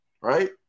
Right